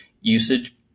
usage